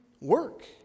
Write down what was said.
work